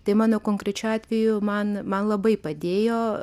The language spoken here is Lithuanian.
tai mano konkrečiu atveju man man labai padėjo